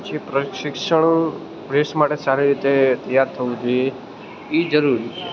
પછી પ્રશિક્ષણ રેસ માટે સારી રીતે તૈયાર થવું જોઈએ એ જરૂરી